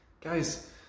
Guys